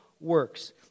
works